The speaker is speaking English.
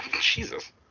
Jesus